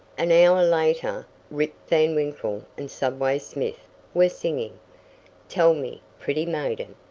an hour later rip van winkle and subway smith were singing tell me, pretty maiden,